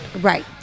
right